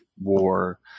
War